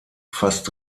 fast